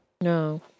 No